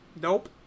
Nope